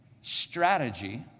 strategy